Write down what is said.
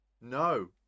No